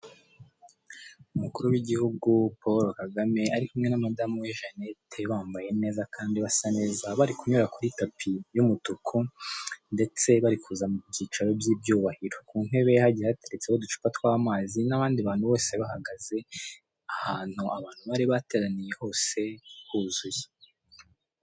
Umukuru w'Igihugu Paul Kagame ari kumwe na Madamu we Jeannette, bambaye neza kandi basa neza, bari kunyura kuri tapi y'umutuku, ndetse bari kuza mu byicaro by'ibyubahiro. Ku ntebe hagiye hateretseho uducupa tw'amazi, n'abandi bantu bose bahagaze, ahantu abantu bari bateraniye hose huzuye.